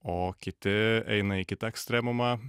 o kiti eina į kitą ekstremumą